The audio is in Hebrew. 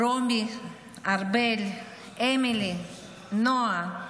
רומי, ארבל, אמילי, נועה,